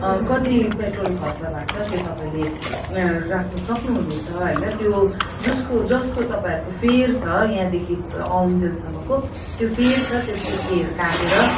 कति पेट्रोल खर्च भएको छ त्यो तपाईँले राख्नु सक्नु हुनेछ होइन त्यो जुस जसको तपाईँहरूको फेर छ यहाँदेखि आउन्जेलसम्मको त्यो फेर छ त्यो त्यो फेर काटेर